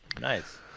Nice